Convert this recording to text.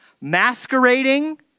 masquerading